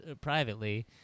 privately